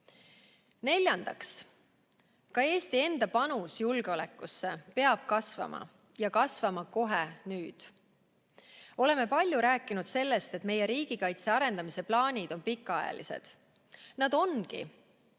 Neljandaks, ka Eesti enda panus julgeolekusse peab kasvama ja kasvama kohe, nüüd. Oleme palju rääkinud sellest, et meie riigikaitse arendamise plaanid on pikaajalised. Nad ongi.